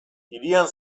hirian